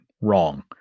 wrong